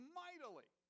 mightily